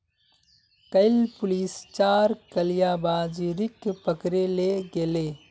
कइल पुलिस चार कालाबाजारिक पकड़े ले गेले